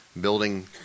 Building